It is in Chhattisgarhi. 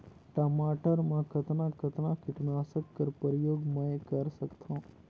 टमाटर म कतना कतना कीटनाशक कर प्रयोग मै कर सकथव?